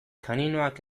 kaninoak